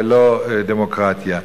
ולא דמוקרטיה.